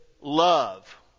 love